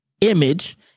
image